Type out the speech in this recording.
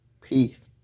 Peace